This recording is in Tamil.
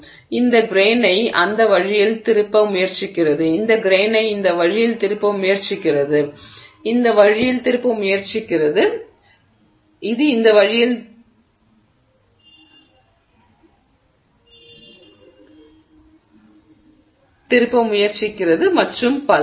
எனவே இந்த கிரெய்னை அந்த வழியில் திருப்ப முயற்சிக்கிறது இந்த கிரெய்னை இந்த வழியில் திருப்ப முயற்சிக்கிறது இது அந்த வழியில் திருப்ப முயற்சிக்கிறது இது இந்த வழியில் திருப்ப முயற்சிக்கிறது மற்றும் பல